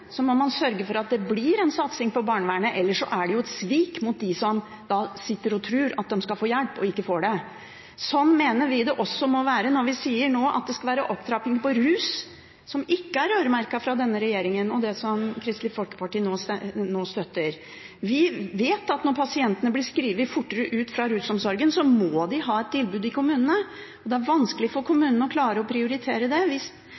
må man sørge for at det blir en satsing på barnevernet. Ellers er det et svik mot dem som sitter og tror at de skal få hjelp og ikke får det. Sånn mener vi det også må være når vi nå sier at det skal være opptrapping på rus, som ikke er øremerket fra denne regjeringen og det som Kristelig Folkeparti nå støtter. Vi vet at når pasientene blir skrevet fortere ut fra rusomsorgen, må de ha et tilbud i kommunene. Det er vanskelig for kommunene å klare å prioritere det hvis